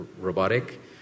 robotic